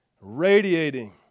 radiating